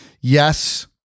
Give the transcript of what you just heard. Yes